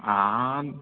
आं